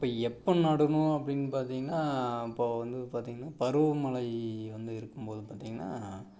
இப்போ எப்போ நடணும் அப்படின்னு பார்த்தீங்கன்னா இப்போ வந்து பார்த்தீங்கன்னா பருவ மழை வந்து இருக்கும் போது பார்த்தீங்கன்னா